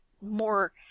more